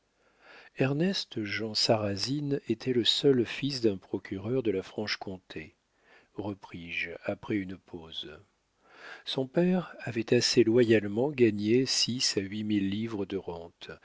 j'obéis ernest jean sarrasine était le seul fils d'un procureur de la franche-comté repris-je après une pause son père avait assez loyalement gagné six à huit mille livres de rente